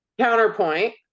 counterpoint